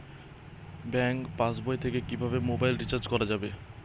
Bank পাশবই থেকে কিভাবে মোবাইল রিচার্জ করা যাবে?